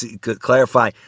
clarify